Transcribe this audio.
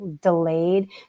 delayed